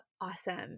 awesome